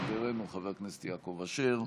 חברנו חבר הכנסת יעקב אשר,